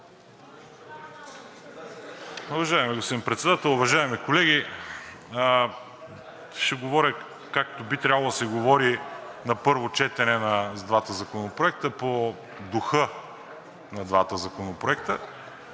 Уважаеми господин Председател, уважаеми колеги! Ще говоря, както би трябвало да се говори на първо четене на двата законопроекта, по духа на двата законопроекта.